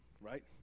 right